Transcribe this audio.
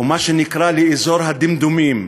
או מה שנקרא לאזור הדמדומים,